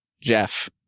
Jeff